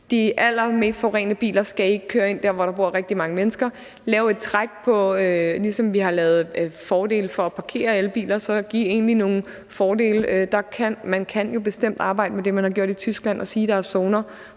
de allermest forurenende biler ikke skal køre ind der, hvor der bor rigtig mange mennesker. Ligesom vi har lavet fordele i forhold til at parkere elbiler, kan vi give nogle fordele. Man kan jo bestemt arbejde med det, man har gjort i Tyskland, og sige, at der er zoner,